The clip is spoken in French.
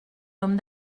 homme